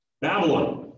Babylon